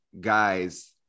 guys